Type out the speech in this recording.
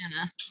Anna